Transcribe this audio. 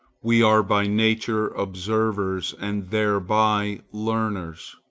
we are by nature observers, and thereby learners.